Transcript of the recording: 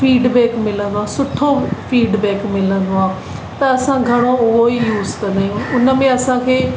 feedback मिलंदो आहे सुठो फीडबेक मिलंदो आहे त असां घणो उहो ई यूस कंदा आहियूं उनमें असांखे